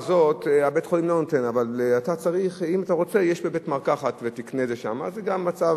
יש בזה מצד